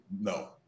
No